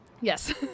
Yes